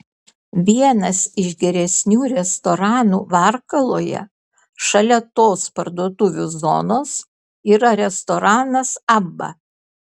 vienas iš geresnių restoranų varkaloje šalia tos parduotuvių zonos yra restoranas abba